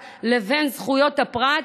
לבין זכויות הפרט,